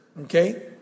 Okay